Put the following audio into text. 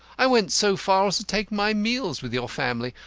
i went so far as to take my meals with your family.